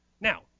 Now